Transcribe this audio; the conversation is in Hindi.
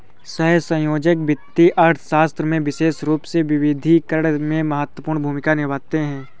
सहसंयोजक वित्तीय अर्थशास्त्र में विशेष रूप से विविधीकरण में महत्वपूर्ण भूमिका निभाते हैं